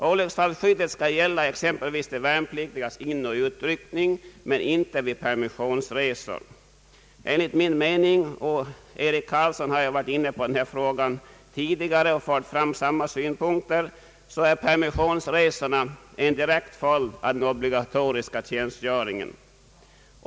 Olycksfallsskyddet skall gälla exempelvis vid de värnpliktigas inoch utryckning men inte vid permissionsresor. Enligt min mening — och herr Eric Carlsson har ju tidigare varit inne på frågan och framfört samma synpunkter — är permissionsresorna en direkt följd av den obligatoriska tjänstgöringen.